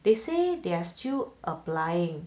they say they are still applying